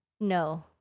no